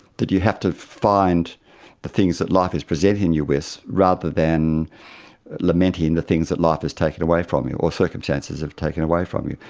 that you have to find the things that life is presenting you with rather than lamenting the things that life has taken away from you or circumstances have taken away from you.